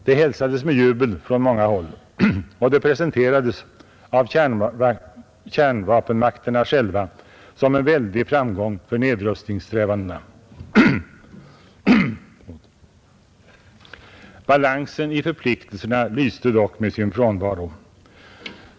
Det hälsades med jubel från många håll och det presenterades av kärnvapenmakterna som en väldig framgång för nedrustningssträvandena. Balansen i förpliktelserna lyste dock med sin frånvaro.